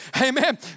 Amen